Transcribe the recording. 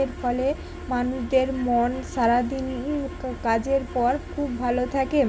এর ফলে মানুষদের মন সারা দিন কাজের পর খুব ভালো থাকে